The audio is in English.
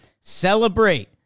celebrate